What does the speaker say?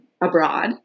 abroad